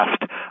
left